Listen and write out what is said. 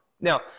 Now